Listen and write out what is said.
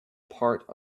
part